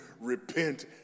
repent